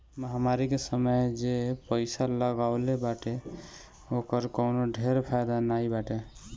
महामारी के समय जे पईसा लगवले बाटे ओकर कवनो ढेर फायदा नाइ बाटे